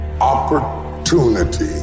Opportunity